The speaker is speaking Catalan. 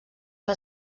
que